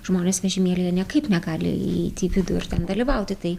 žmonės vežimėlyje niekaip negali įeiti į vidų ir ten dalyvauti tai